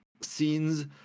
scenes